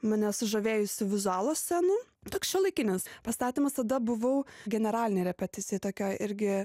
mane sužavėjusių vizualo scenų toks šiuolaikinis pastatymas tada buvau generalinėj repeticijoj tokioj irgi